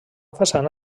façana